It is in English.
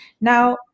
Now